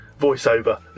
voiceover